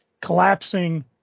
collapsing